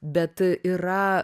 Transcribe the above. bet yra